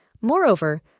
Moreover